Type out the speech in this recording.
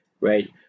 right